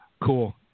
Cool